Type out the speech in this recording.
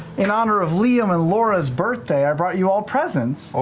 in honor of liam and laura's birthday, i brought you all presents.